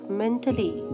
mentally